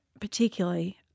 particularly –